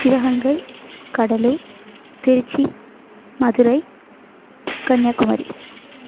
Sivaganga Cuddalore Tiruchi Madurai Kanyakumari